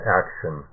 action